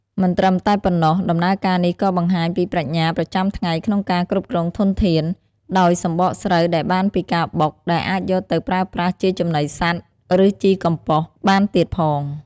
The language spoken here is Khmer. មិនត្រឹមតែប៉ុណ្ណោះ ដំណើរការនេះក៏បង្ហាញពីប្រាជ្ញាប្រចាំថ្ងៃក្នុងការគ្រប់គ្រងធនធាន ដោយសម្បកស្រូវដែលបានពីការបុក ដែលអាចយកទៅប្រើប្រាស់ជាចំណីសត្វ ឬជីកំប៉ុស្តបានទៀតផង។